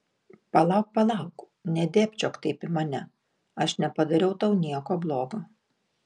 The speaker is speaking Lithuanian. palauk palauk nedėbčiok taip į mane aš nepadariau tau nieko blogo